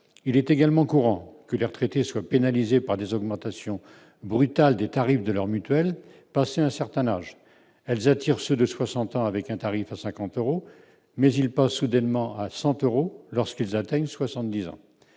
il était également courant que les retraités soient pénalisés par des augmentations brutales des tarifs de leur mutuelle, passé un certain âge, elles attirent ceux de 60 ans, avec un tarif à 50 euros mais il pas soudainement à 100 euros lorsqu'ils atteignent 70 ans,